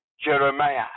Jeremiah